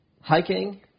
hiking